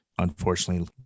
unfortunately